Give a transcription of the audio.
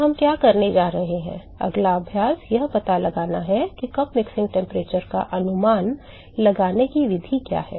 तो हम क्या करने जा रहे हैं अगला अभ्यास यह पता लगाना है कि कप मिश्रण तापमान का अनुमान लगाने की विधि क्या है